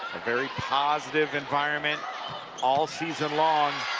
a very positive environment all season long.